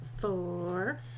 four